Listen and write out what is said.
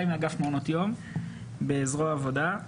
אני מאגף מעונות יום בזרוע העבודה,